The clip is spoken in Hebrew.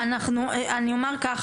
אני אומר ככה,